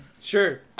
Sure